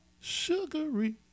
sugary